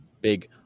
big